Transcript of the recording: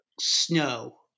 snow